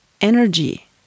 energy